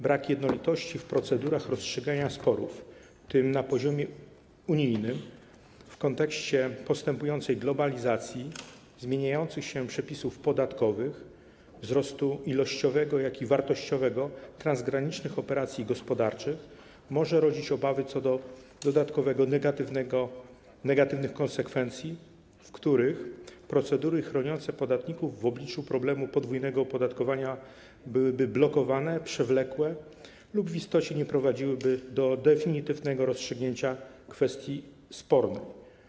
Brak jednolitości w procedurach rozstrzygania sporów, w tym na poziomie unijnym, w kontekście postępującej globalizacji, zmieniających się przepisów podatkowych, wzrostu ilościowego, jak i wartościowego transgranicznych operacji gospodarczych może rodzić obawy co do dodatkowych, negatywnych konsekwencji, w których procedury chroniące podatników w obliczu problemu podwójnego opodatkowania byłyby blokowane, przewlekłe lub w istocie nie prowadziłyby do definitywnego rozstrzygnięcia kwestii spornych.